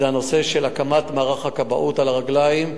זה הנושא של הקמת מערך הכבאות על הרגליים,